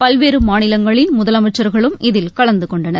பல்வேறு மாநிலங்களின் முதலமைச்சர்களும் இதில் கலந்து கொண்டனர்